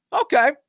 okay